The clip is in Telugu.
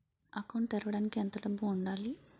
అకౌంట్ తెరవడానికి ఎంత డబ్బు ఉండాలి?